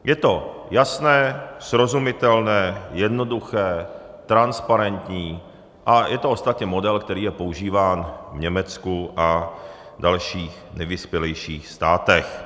Je to jasné, srozumitelné, jednoduché, transparentní a je to ostatně model, který je používán v Německu a dalších nejvyspělejších státech.